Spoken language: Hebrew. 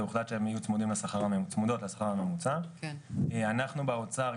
אנחנו רוצים